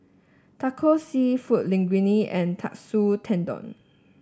Tacos seafood Linguine and Katsu Tendon